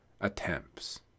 attempts